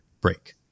break